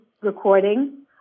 recording